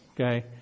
Okay